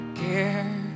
care